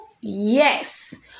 yes